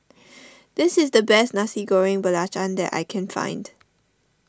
this is the best Nasi Goreng Belacan that I can find